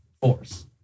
force